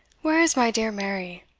where is my dear mary?